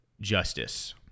justice